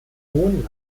hohen